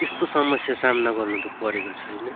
त्यस्तो समस्या सामना गर्नु त परेको छैन